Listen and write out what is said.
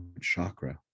chakra